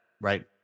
Right